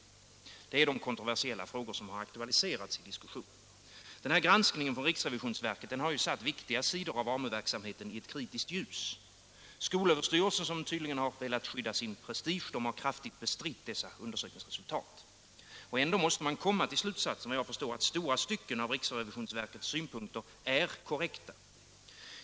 Detta är de kontroversiella frågor som har aktualiserats av diskussionen. Granskningen från riksrevisionsverket har satt viktiga sidor av AMU verksamheten i ett kritiskt ljus. Skolöverstyrelsen, som tydligen velat skydda sin prestige, har kraftigt bestritt undersökningsresultaten. Ändå måste man såvitt jag kan förstå komma till slutsatsen att riksrevisionsverkets synpunkter i långa stycken är korrekta.